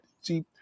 See